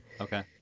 Okay